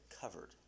covered